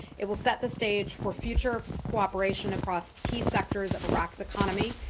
it will set the stage for future cooperation across key sectors of iraq's economy,